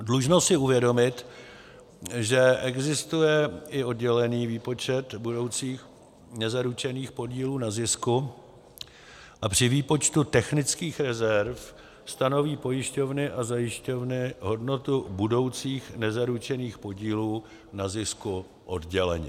Dlužno si uvědomit, že existuje i oddělený výpočet budoucích nezaručených podílů na zisku a při výpočtu technických rezerv stanoví pojišťovny a zajišťovny hodnotu budoucích nezaručených podílů na zisku odděleně.